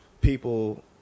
people